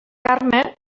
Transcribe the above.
carme